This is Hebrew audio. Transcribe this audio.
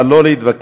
אבל לא להתווכח.